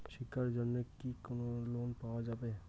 শিক্ষার জন্যে কি কোনো লোন পাওয়া যাবে?